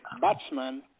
batsman